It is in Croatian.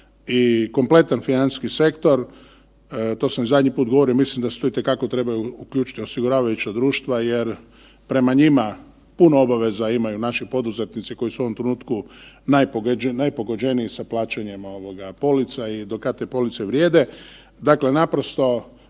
i kompletan financijski sektor, to sam zadnji put govorio, mislim da se tu itekako trebaju uključiti osiguravajuća društva jer prema njima puno obaveza imaju naši poduzetnici koji su u ovom trenutku najpogođeniji sa plaćanjima ovog polica i do kad te police vrijede. Dakle, naprosto